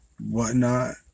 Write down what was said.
whatnot